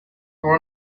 are